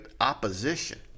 opposition